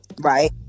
Right